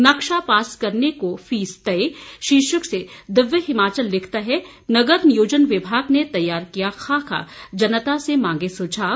नक्शे पास करने को फीस तय शीर्षक से दिव्य हिमाचल लिखता है नगर नियोजन विभाग ने तैयार किया खाका जनता से मांगे सुझाव